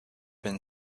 been